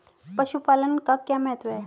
पशुपालन का क्या महत्व है?